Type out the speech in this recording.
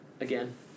again